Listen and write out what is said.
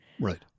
Right